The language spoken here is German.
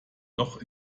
loch